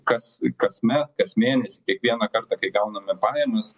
kas kasmet kas mėnesį kiekvieną kartą kai gauname pajamas